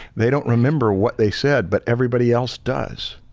they don't remember what they said but everybody else does.